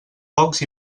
pocs